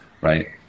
right